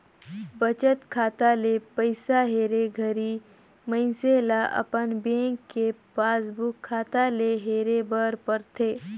बचत खाता ले पइसा हेरे घरी मइनसे ल अपन बेंक के पासबुक खाता ले हेरे बर परथे